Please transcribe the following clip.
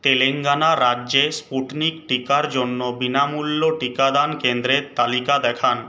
তেলেঙ্গানা রাজ্যে স্পুটনিক টিকার জন্য বিনামূল্য টিকাদান কেন্দ্রের তালিকা দেখান